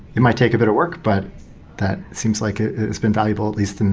it might take a bit of work, but that seems like a it's been valuable, at least, and